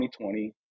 2020